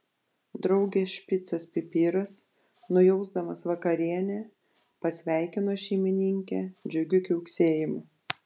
draugės špicas pipiras nujausdamas vakarienę pasveikino šeimininkę džiugiu kiauksėjimu